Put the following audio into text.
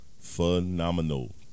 Phenomenal